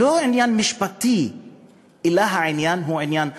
לא עניין משפטי, אלא העניין הוא עניין רעיוני,